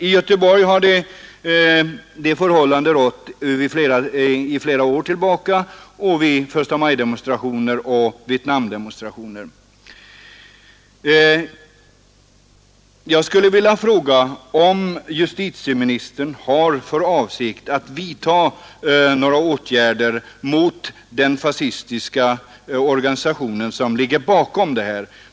I Göteborg har detta förhållande rått under ett flertal år vid förstamajdemonstrationer och Vietnamdemonstrationer. Jag vill fråga om justitieministern har för avsikt att vidta några åtgärder mot den fascistiska organisation som ligger bakom överfallen.